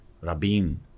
Rabin